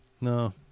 No